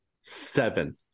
Seven